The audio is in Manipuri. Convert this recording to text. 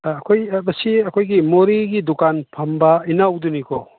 ꯑꯩꯈꯣꯏ ꯁꯤ ꯑꯩꯈꯣꯏꯒꯤ ꯃꯣꯔꯦꯒꯤ ꯗꯨꯀꯥꯟ ꯐꯝꯕ ꯏꯅꯥꯎꯗꯨꯅꯤꯀꯣ